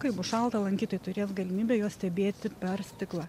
kai bus šalta lankytojai turės galimybę juos stebėti per stiklą